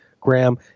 Graham